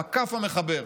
המקף המחבר.